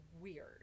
weird